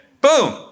Boom